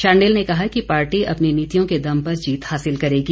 शांडिल ने कहा कि पार्टी अपनी नीतियों के दम पर जीत हासिल करेगी